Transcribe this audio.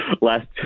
last